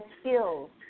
skills